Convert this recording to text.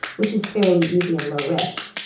which is fairly easy and low risk.